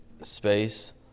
space